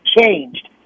changed